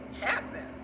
happen